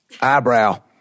eyebrow